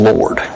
Lord